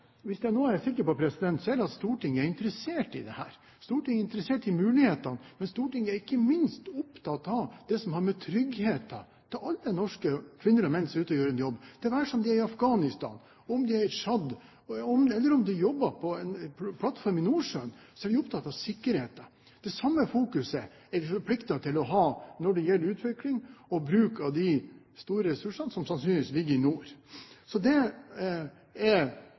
hvis det er noe jeg er sikker på, er det at Stortinget er interessert i dette. Stortinget er interessert i mulighetene, men Stortinget er ikke minst opptatt av tryggheten for alle norske kvinner og menn som er ute og gjør en jobb, det være seg om de er i Afghanistan, om de er i Tsjad, eller om de jobber på en plattform i Nordsjøen – vi er opptatt av sikkerheten. Det samme fokuset er vi forpliktet til å ha når det gjelder utvikling og bruk av de store ressursene som sannsynligvis ligger i nord. Det er